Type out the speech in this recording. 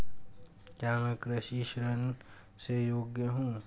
क्या मैं कृषि ऋण के योग्य हूँ?